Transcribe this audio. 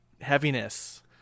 heaviness